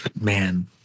man